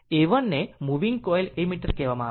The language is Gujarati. A 1 ને મૂવિંગ કોઇલ એમીટર કહેવામાં આવે છે